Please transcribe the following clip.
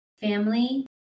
Family